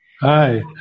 Hi